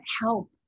help